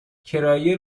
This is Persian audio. کرایه